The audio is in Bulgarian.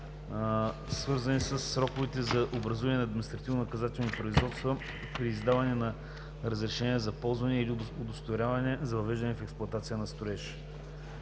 свързани със сроковете за образуване на административнонаказателни производства преди издаване на разрешение за ползване или удостоверение за въвеждане в експлоатация на строежа.